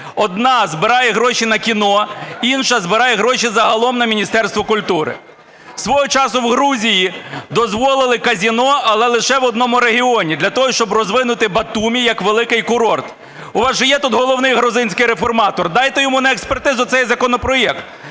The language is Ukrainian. одна збирає гроші на кіно, інша збирає гроші загалом на Міністерство культури. Свого часу в Грузії дозволили казино, але лише в одному регіоні для того, щоб розвинути Батумі як великий курорт. У вас же є тут головний грузинський реформатор, дайте йому на експертизу цей законопроект,